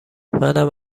منم